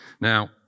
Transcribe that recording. Now